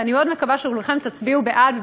ואני מאוד מקווה שכולכם תצביעו בעד,